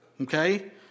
Okay